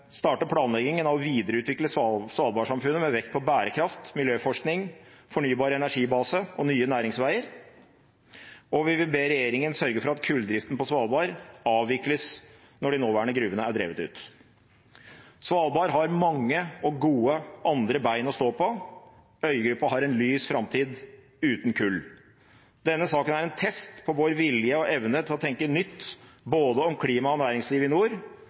starte planleggingen av å videreutvikle Svalbard-samfunnet med vekt på bærekraft, miljøforskning, en fornybar energibase og nye næringsveier. Og vi vil be regjeringen sørge for at kullgruvedriften på Svalbard avvikles når de nåværende gruvene er drevet ut. Svalbard har mange andre, gode bein å stå på. Øygruppa har en lys framtid uten kull. Denne saken er en test på vår vilje og evne til å tenke nytt både om klima og næringsliv i nord